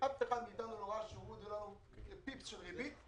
אף אחד מאיתנו לא ראה שהורידו לנו פיפס של ריבית,